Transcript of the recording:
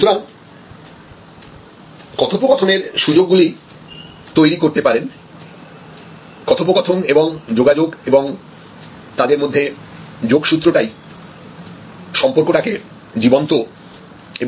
সুতরাং কথোপকথনের সুযোগগুলো তৈরি করতে পারেন কথোপকথন এবং যোগাযোগ এবং তাদের মধ্যে যোগসুত্রটাই সম্পর্কটাকে জীবন্ত এবং আকর্ষণীয় করে রাখতে পারে